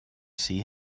see